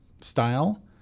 style